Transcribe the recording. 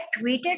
tweeted